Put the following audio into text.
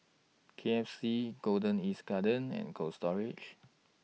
K F C Golden East Garden and Cold Storage